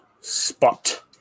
spot